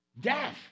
Death